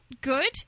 good